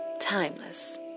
timeless